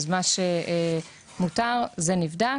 אז מה שמותר נבדק.